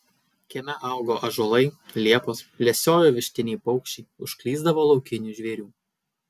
kieme augo ąžuolai liepos lesiojo vištiniai paukščiai užklysdavo laukinių žvėrių